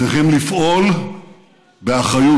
צריכים לפעול באחריות.